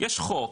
יש חוק,